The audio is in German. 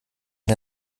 den